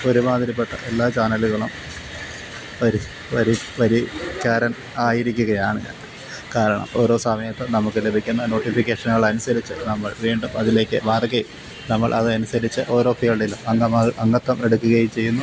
ഒരു മാതിരിപ്പെട്ട എല്ലാ ചാനല്കളും വരിക്കാരന് ആയിരിക്കുകയാണ് ഞാൻ കാരണം ഓരോ സമയത്തും നമുക്ക് ലഭിക്കുന്ന നോട്ടിഫിക്കേഷന്കൾ അനുസരിച്ച് നമ്മള് വീണ്ടും അതിലേക്ക് മാറുകയും നമ്മള് അതനുസരിച്ച് ഓരോ ഫീള്ഡിലും അംഗമാകും അംഗത്വം എടുക്കുകയും ചെയ്യുന്നു